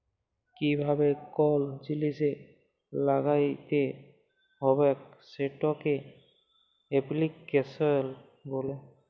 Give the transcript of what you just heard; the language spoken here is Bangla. কিভাবে কল জিলিস ল্যাগ্যাইতে হবেক সেটকে এপ্লিক্যাশল ব্যলে